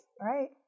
Right